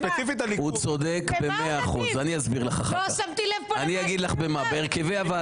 לא שמתי לב פה למשהו